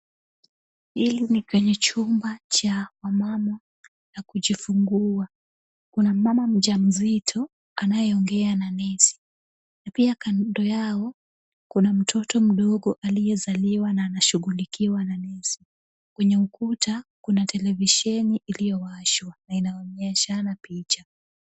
Hili ni kwenye chumba cha wamama la kujifungua. Kuna mama mjamzito anayeongea na nesi . Pia kando yao kuna mtoto mdogo aliyezaliwa na anashughulikiwa na nesi. Kwenye ukuta kuna televisheni iliyowashwa na inaonyeshana picha.